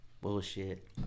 bullshit